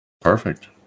Perfect